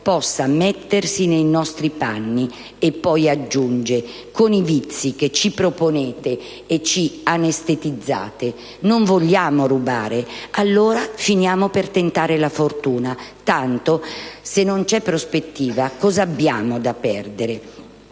possa mettersi nei nostri panni. (...)» e poi aggiunge: «con i vizi che ci proponete e ... ci anestetizzate. Non vogliamo rubare, allora finiamo per tentare la fortuna, tanto se non c'è prospettiva, cosa abbiamo da perdere?».